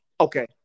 Okay